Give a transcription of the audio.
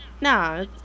Nah